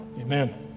Amen